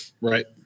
Right